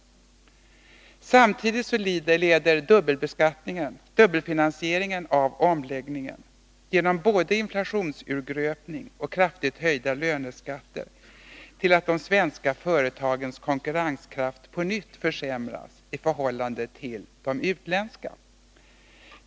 Samtidigt leder dubbelfinansieringen av omläggningen, genom både inflationsurgröpning och kraftigt höjda löneskatter, till att de svenska företagens konkurrenskraft på nytt försämras i förhållande till de utländska.